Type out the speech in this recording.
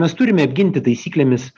mes turime apginti taisyklėmis